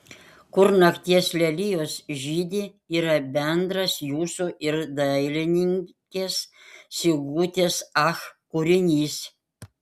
kur nakties lelijos žydi yra bendras jūsų ir dailininkės sigutės ach kūrinys